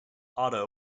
otto